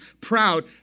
proud